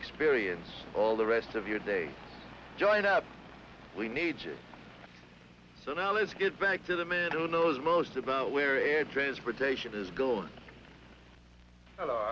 experience all the rest of your day joint we need you so now let's get back to the middle knows most about where air transportation is going